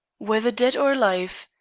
whether dead or alive,